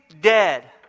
dead